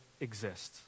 exists